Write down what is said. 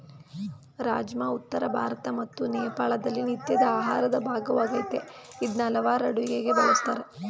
ರಾಜ್ಮಾ ಉತ್ತರ ಭಾರತ ಮತ್ತು ನೇಪಾಳದಲ್ಲಿ ನಿತ್ಯದ ಆಹಾರದ ಭಾಗವಾಗಯ್ತೆ ಇದ್ನ ಹಲವಾರ್ ಅಡುಗೆಗೆ ಬಳುಸ್ತಾರೆ